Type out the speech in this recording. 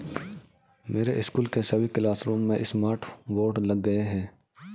मेरे स्कूल के सभी क्लासरूम में स्मार्ट बोर्ड लग गए हैं